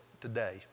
today